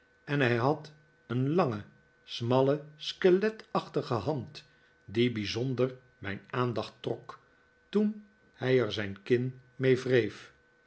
en hij had een lange smalle skeletachtige hand die bijzonder mijn aandacht trok toen hij er zijn kin mee wreef